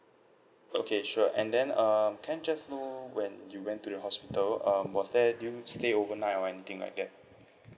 okay sure and then uh can I just know when you went to the hospital um was there during stay overnight or anything like that